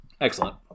Excellent